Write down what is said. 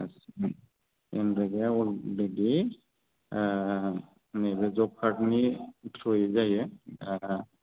आस्सा एनरेगाया अलरेडि माने बे जबकार्डनि थ्रुयै जायो दा